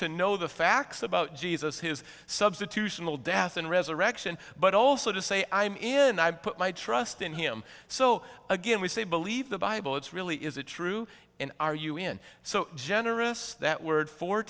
to know the facts about jesus his substitutional death and resurrection but also to say i'm in i put my trust in him so again we say believe the bible it's really is it true and are you in so generous that word four